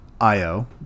Io